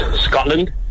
Scotland